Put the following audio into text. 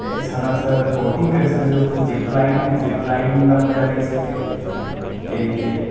Sanasar boating करी सकदे उत्थै जिपलाइन ऐ जिपलाइन दा मज़ा लेई सकदे ते